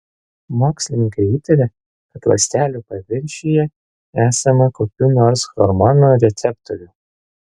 mokslininkai įtarė kad ląstelių paviršiuje esama kokių nors hormonų receptorių